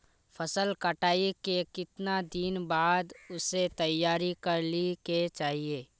फसल कटाई के कीतना दिन बाद उसे तैयार कर ली के चाहिए?